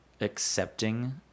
accepting